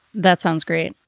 that sounds great.